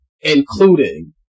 including